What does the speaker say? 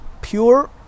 pure